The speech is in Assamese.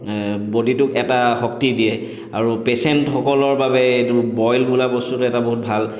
বডিটোক এটা শক্তি দিয়ে আৰু পেচেণ্টসকলৰ বাবে এইটো বইল বোলা বস্তুটো এটা বহুত ভাল